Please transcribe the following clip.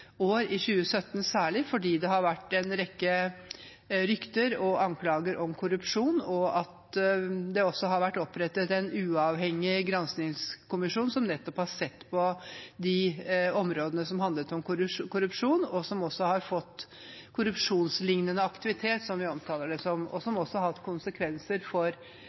år. Det er særlig fordi det har vært en rekke rykter og anklager om korrupsjon. Det har vært opprettet en uavhengig granskningskommisjon som nettopp har sett på de områdene som handlet om korrupsjon, som også har fått korrupsjonslignende aktivitet, som vi omtaler det som, og det har hatt konsekvenser for